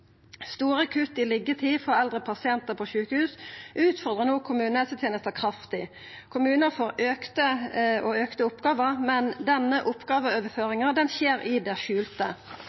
Store kutt i liggjetid for eldre pasientar på sjukehus utfordrar no kommunehelsetenesta kraftig. Kommunane får stadig fleire oppgåver, men denne oppgåveoverføringa skjer i det skjulte.